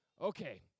Okay